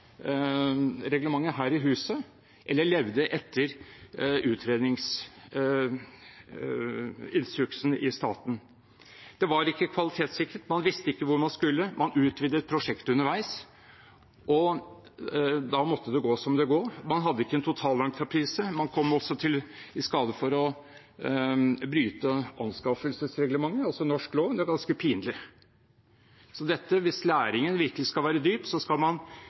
her i huset, eller levde etter utredningsinstruksen i staten? Det var ikke kvalitetssikret, man visste ikke hvor man skulle, man utvidet prosjektet underveis, og da måtte det gå som det gjorde. Man hadde ikke en totalentreprise. Man kom også i skade for å bryte anskaffelsesreglementet, altså norsk lov. Det er ganske pinlig. Så hvis læringen virkelig skal være dyp, skal man